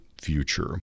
future